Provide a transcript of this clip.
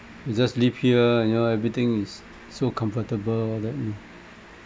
you just live here you know everything is so comfortable all that mm